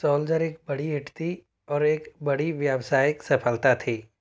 soldier एक बड़ी hit थी और एक बड़ी व्यावसायिक सफ़लता थी